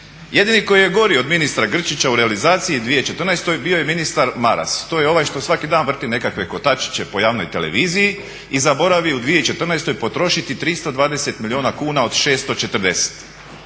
Jedini koji je gori od ministra Grčića u realizaciji 2014. bio je ministar Maras. To je ovaj što svaki dan vrti nekakve kotačiće po javnoj televiziji i zaboravi u 2014. potrošiti 320 milijuna kuna od 640.